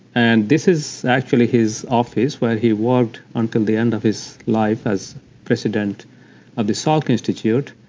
and this is actually his office where he worked until the end of his life as president of the salk institute.